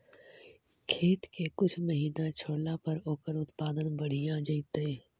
खेत के कुछ महिना छोड़ला पर ओकर उत्पादन बढ़िया जैतइ?